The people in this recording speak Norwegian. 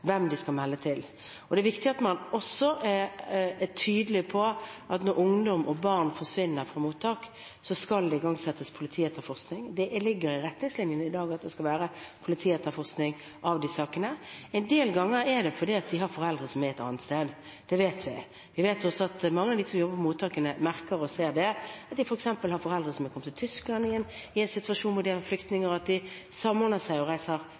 hvem de skal melde til. Det er også viktig at man er tydelig på at når ungdom og barn forsvinner fra mottak, skal det igangsettes politietterforskning. Det ligger i dagens retningslinjer at det skal være politietterforskning av de sakene. En del ganger er det fordi de har foreldre som er et annet sted – det vet vi. Vi vet også at mange av de som jobber på mottakene, merker seg det og ser at noen f.eks. har foreldre som har kommet til Tyskland, i en situasjon hvor de er flyktninger, og at de samordner seg og kanskje reiser